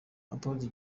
apotre